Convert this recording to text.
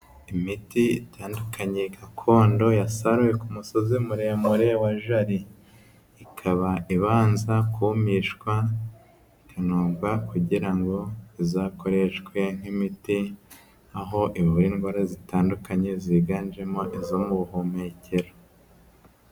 Imiti itandukanye gakondo ya saruwe ku musozi muremure wa jari, ikaba ibanza kumishwa inombwa kugira ngo izakoreshwe nk'imiti, aho ivura indwara zitandukanye ziganjemo iz'ubuhumekero.